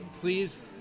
please